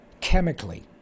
chemically